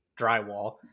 drywall